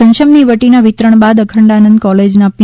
સંશમની વટીના વિતરણ બાદ અખંડાનંદ કોલેજના પી